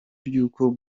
ry’uko